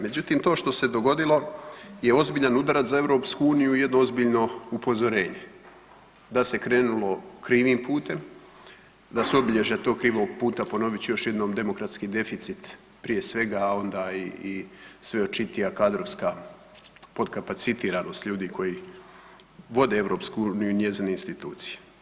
Međutim to što se dogodilo je ozbiljan udarac za EU i jedno ozbiljno upozorenje, da se krenulo krivim putem, da su obilježja tog krivog puta, ponovit ću još jednom, demokratski deficit prije svega a onda i sve očitija kadrovska podkapacitiranost ljudi koji vode EU i njezine institucije.